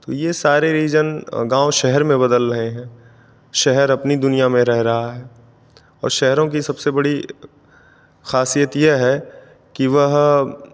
तो ये सारे रीज़न गाँव शहर में बदल रहे हैं शहर अपनी दुनिया में रह रहा है और शहरों की सबसे बड़ी खासियत यह है कि वह